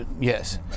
yes